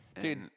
Dude